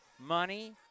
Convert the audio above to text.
money